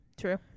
True